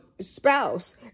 spouse